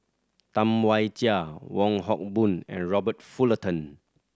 Tam Wai Jia Wong Hock Boon and Robert Fullerton